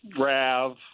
Rav